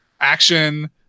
Action